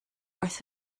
wrth